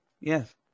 Yes